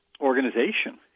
organization